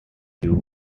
you